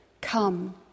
come